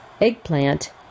eggplant